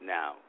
Now